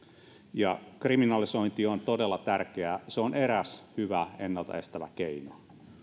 ja kriminalisointi on todella tärkeää se on eräs hyvä ennalta estävä keino